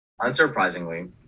Unsurprisingly